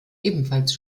ebenfalls